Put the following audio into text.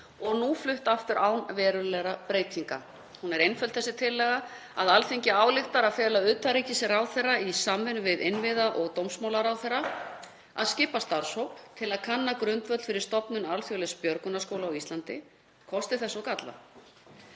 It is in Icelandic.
og nú flutt aftur án verulegra breytinga. Hún er einföld, þessi tillaga: „Alþingi ályktar að fela utanríkisráðherra í samvinnu við innviðaráðherra og dómsmálaráðherra að skipa starfshóp til að kanna grundvöll fyrir stofnun alþjóðlegs björgunarskóla á Íslandi, kosti þess og galla.